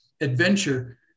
adventure